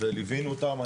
וליווינו אותם.